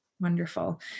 Wonderful